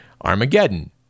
Armageddon